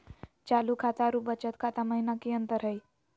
चालू खाता अरू बचत खाता महिना की अंतर हई?